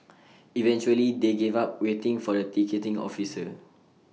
eventually they gave up waiting for the ticketing officer